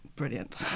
Brilliant